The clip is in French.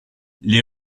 les